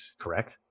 correct